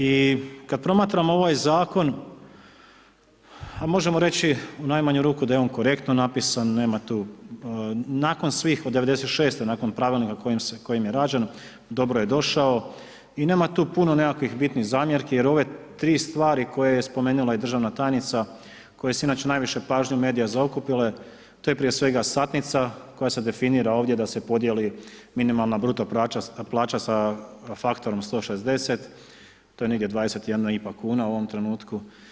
I kada promatram ovaj zakon, a možemo reći, u najmanju ruku da je on korektno napisan, nema tu nakon svih od '96. nakon pravilnika kojim je rađen, dobro je došao i nema tu puno bitnih zamjerki jer ove 3 stvari, koje je spomenula i državna tajnica, koja su inače najveću pažnju medija zaokupile, to je prije svega satnica, koja se definira ovdje, da se podijeli, minimalna bruto plaća sa faktorom 160 to je negdje 21,5 kn u ovom trenutku.